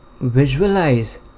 visualize